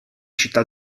città